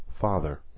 Father